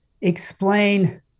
explain